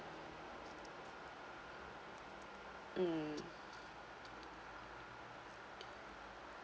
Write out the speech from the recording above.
mm